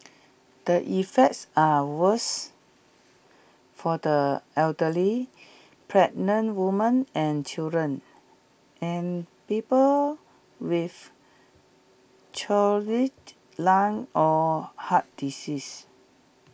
the effects are worse for the elderly pregnant woman and children and people with chronic lung or heart disease